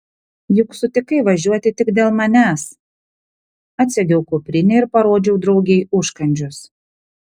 juk sutikai važiuoti tik dėl manęs atsegiau kuprinę ir parodžiau draugei užkandžius